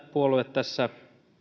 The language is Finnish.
tässä